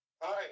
Hi